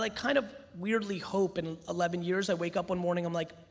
like kind of weirdly hope in eleven years i wake up one morning, i'm like,